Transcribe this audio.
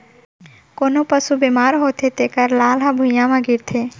कोनों पसु बेमार होथे तेकर लार ह भुइयां म गिरथे